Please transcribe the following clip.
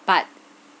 but